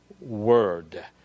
word